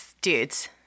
dudes